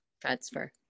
transfer